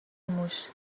موش